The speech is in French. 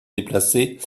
déplacer